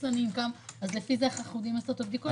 אז איך נוכל לעשות את הבדיקות?